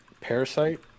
Parasite